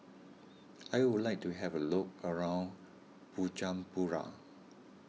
I would like to have a look around Bujumbura